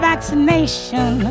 Vaccination